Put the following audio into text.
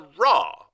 raw